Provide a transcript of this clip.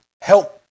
help